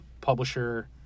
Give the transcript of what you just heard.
publisher